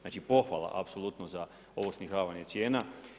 Znači pohvala apsolutno za ovo snižavanje cijena.